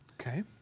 Okay